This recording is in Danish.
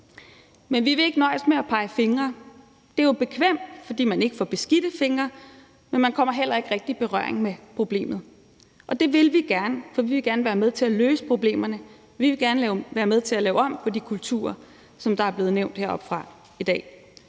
Men vi vil ikke nøjes med at pege fingre. Det er jo bekvemt, fordi man ikke får beskidte fingre, men man kommer heller ikke rigtig i berøring med problemet, og det vil vi gerne, for vi vil gerne være med til at løse problemerne. Vi vil gerne være med til at lave om på de kulturer, som er blevet nævnt heroppefra i dag.